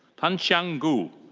tianxiang gu.